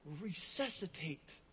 resuscitate